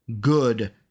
good